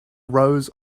rows